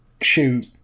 shoot